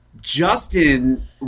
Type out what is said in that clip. Justin